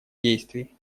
действий